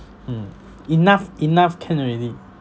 mm enough enough can already